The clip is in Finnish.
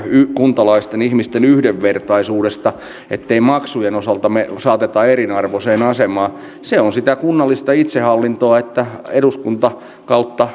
kuntalaisten ihmisten yhdenvertaisuudesta ettei maksujen osalta saateta eriarvoiseen asemaan se on sitä kunnallista itsehallintoa että eduskunta